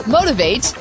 Motivate